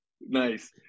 Nice